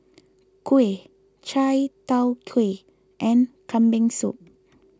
Kuih Chai Tow Kuay and Kambing Soup